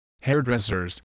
hairdressers